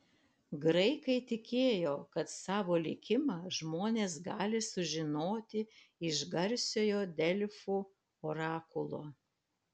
graikai tikėjo kad savo likimą žmonės gali sužinoti iš garsiojo delfų orakulo